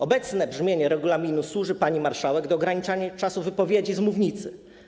Obecne brzmienie regulaminu służy pani marszałek do ograniczania czasu wypowiedzi z mównicy.